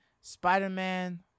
Spider-Man